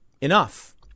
enough